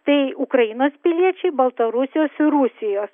tai ukrainos piliečiai baltarusijos rusijos